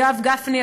ליואב גפני,